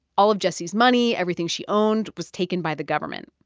all of jessie's money, everything she owned was taken by the government.